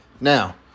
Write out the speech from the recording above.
Now